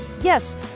Yes